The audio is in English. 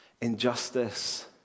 injustice